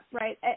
right